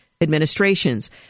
administrations